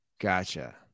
Gotcha